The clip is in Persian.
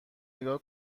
نیگا